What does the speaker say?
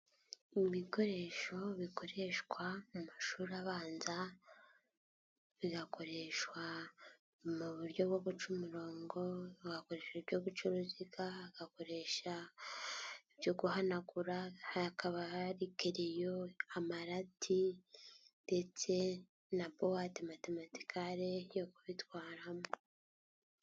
Ibikoresho bikoreshwa mu mashuri abanza bigakoreshwa mu buryo bwo guca umurongo, hagakoreshwa mu buryo bwo guca uruziga, bagakoresha ibyo guhanagura, hakaba hari amarati ndetse na buwate matematicale yo kubitwaramo.